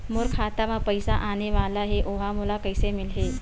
मोर खाता म पईसा आने वाला हे ओहा मोला कइसे मिलही?